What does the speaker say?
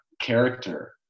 Character